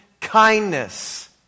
kindness